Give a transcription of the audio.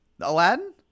Aladdin